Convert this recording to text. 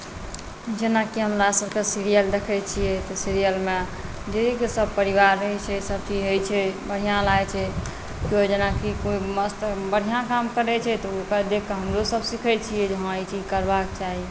जेनाकि हमरा सभके सीरियल देखैत छियै तऽ सीरियलमे ढेरिक सभपरिवार रहैत छै सभचीज होइत छै बढ़िआँ लागैत छै कोइ जेनाकि मस्त बढ़िआँ काम करैत छै तऽ ओकरा देखि कऽ हमरोसभ सिखैत छियै जे हँ ई चीज करबाक चाही